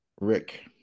Rick